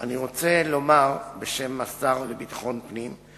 אני רוצה לומר בשם השר לביטחון פנים,